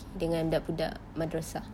dengan budak-budak madrasah